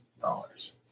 dollars